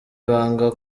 ibanga